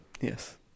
Yes